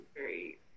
great